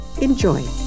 Enjoy